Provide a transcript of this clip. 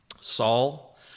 Saul